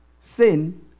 Sin